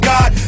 God